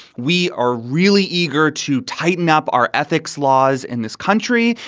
we are really eager to tighten up our ethics laws in this country.